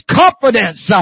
confidence